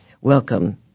Welcome